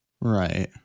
right